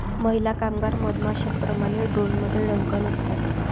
महिला कामगार मधमाश्यांप्रमाणे, ड्रोनमध्ये डंक नसतात